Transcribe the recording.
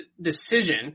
decision –